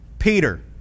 Peter